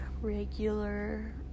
regular